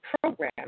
program